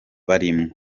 barimwo